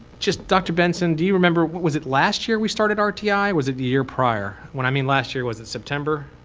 just dr. benson, do you remember, was it last year we started rti? or was it the year prior? when i mean last year, was it september?